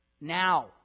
now